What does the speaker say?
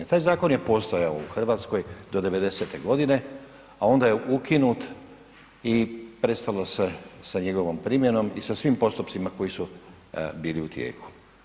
Taj zakon je postojao u Hrvatskoj do '90.-te godine, a onda je ukinut i prestalo se sa njegovom primjenom i sa svim postupcima koji su bili u tijeku.